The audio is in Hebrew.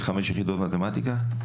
ספר לחמש יחידות במתמטיקה כי אין מורה?